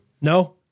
No